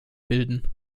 bilden